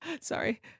Sorry